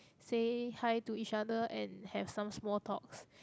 say hi to each other and have some small talks